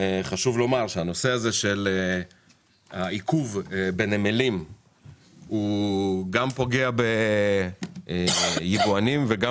חשוב לומר שהנושא הזה של העיכוב בנמלים הוא גם פוגע ביבואנים וגם